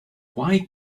why